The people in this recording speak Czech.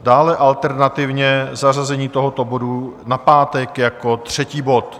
Dále alternativně zařazení tohoto bodu na pátek jako třetí bod.